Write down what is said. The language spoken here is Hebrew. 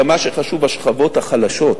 אלא מה שחשוב, השכבות החלשות,